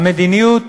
המדיניות